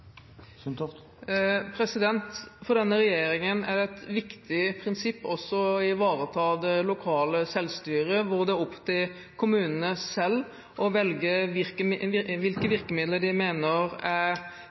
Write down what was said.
For denne regjeringen er det et viktig prinsipp også å ivareta det lokale selvstyret, hvor det er opp til kommunene selv å velge hvilke virkemidler de mener er